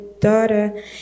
daughter